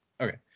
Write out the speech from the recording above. Okay